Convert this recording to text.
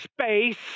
space